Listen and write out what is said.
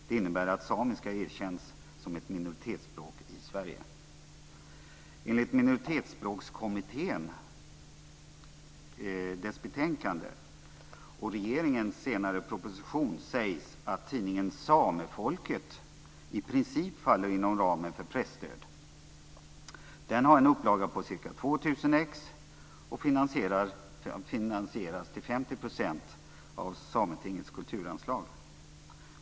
Det innebär att samiska erkänns som ett minoritetsspråk i Sverige. Samefolket i princip faller inom ramen för presstöd. Den har en upplaga på ca 2 000 exemplar och finansieras till 50 % av Sametingets kulturanslag.